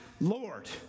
Lord